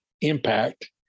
impact